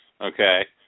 Okay